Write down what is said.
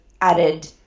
added